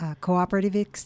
cooperative